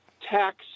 tax